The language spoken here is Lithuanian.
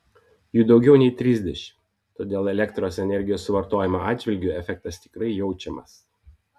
jų daugiau nei trisdešimt todėl elektros energijos suvartojimo atžvilgiu efektas tikrai jaučiamas